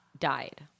died